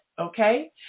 okay